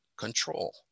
control